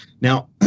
now